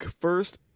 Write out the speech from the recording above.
first